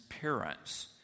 parents